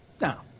Now